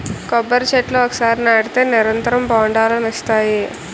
కొబ్బరి చెట్లు ఒకసారి నాటితే నిరంతరం బొండాలనిస్తాయి